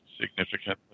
significantly